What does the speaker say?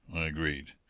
i agreed.